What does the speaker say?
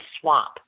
swamp